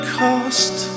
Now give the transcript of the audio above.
cost